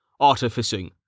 Artificing